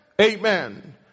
amen